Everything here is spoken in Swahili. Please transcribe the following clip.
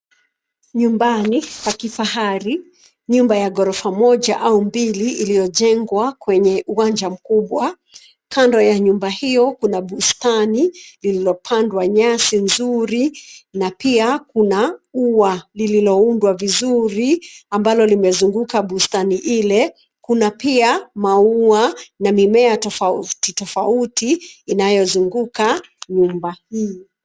Nyumbani ya kifahari. Nyumba ya ghorofa moja au mbili iliyojengwa kwenye uwanja mkubwa. Kando ya nyumba hiyo kuna bustani lililo pandwa nyasi nzuri, na pia kuna ua lililo undwa vizuri ambalo limezunguka bustani ile. Kuna pia, maua, na mimea tofauti tofauti inayozunguka nyumba hii.